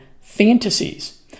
fantasies